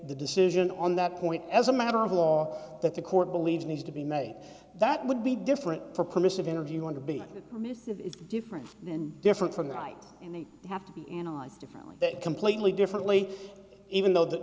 the decision on that point as a matter of law that the court believes needs to be made that would be different for permissive interview want to be permissive it's different and different from the right and they have to be analyzed differently that completely differently even though th